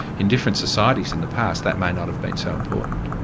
in different societies in the past that may not have been so important.